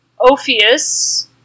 Ophius